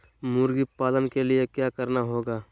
मुर्गी पालन के लिए क्या करना होगा?